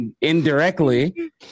indirectly